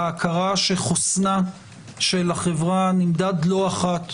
ההכרה שחוסנה של החברה נמדד לא אחת